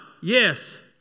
Yes